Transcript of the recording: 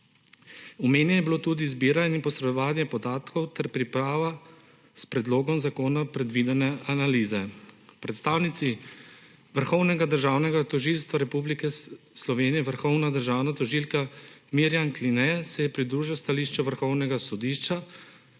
Omenjeno je bilo tudi zbiranje in posredovanje podatkov ter priprava s predlogom zakona predvidene analize. Predstavnici Vrhovnega državnega tožilstva Republike Slovenije, vrhovna državna tožilka Mirjam Kline se je pridružil stališču Vrhovnega sodišča